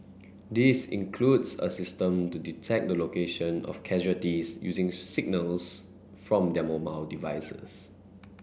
this includes a system to detect the location of casualties using signals from their mobile devices